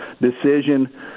decision